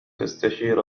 تستشير